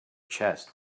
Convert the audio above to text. chest